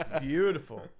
beautiful